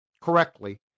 correctly